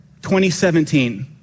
2017